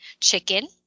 chicken